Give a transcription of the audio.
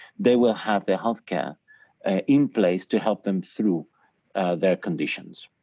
they will have their health care in place to help them through their conditions.